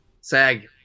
SAG